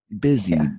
busy